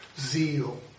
zeal